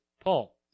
Paul